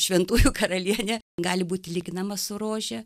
šventųjų karalienė gali būti lyginama su rože